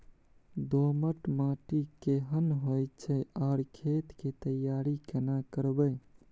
दोमट माटी केहन होय छै आर खेत के तैयारी केना करबै?